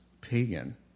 pagan